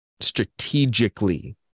strategically